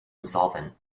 insolvent